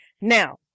Now